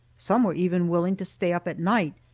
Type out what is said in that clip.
some were even willing to stay up at night,